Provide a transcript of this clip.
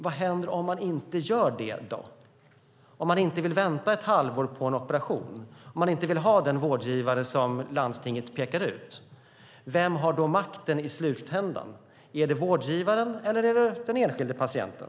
Vad händer om man inte gör det, om man inte vill vänta ett halvår på en operation och om man inte vill ha den vårdgivare som landstinget pekar ut? Vem har makten i slutändan? Är det vårdgivaren, eller är det den enskilda patienten?